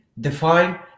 define